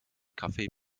kaffee